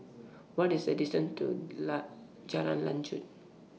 What IS The distance to Jalan Lanjut